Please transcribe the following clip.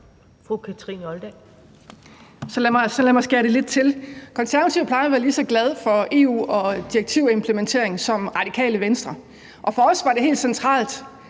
Så lad mig skære det lidt til. Konservative plejer at være lige så glade for EU og direktivimplementering som Radikale Venstre, og for os var det helt centralt,